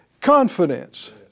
confidence